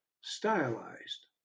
stylized